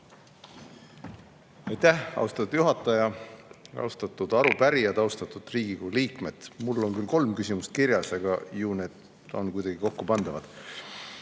Aitäh, austatud juhataja! Austatud arupärijad, austatud Riigikogu liikmed! Mul on küll kolm küsimust kirjas, aga ju need on kuidagi kokkupandavad.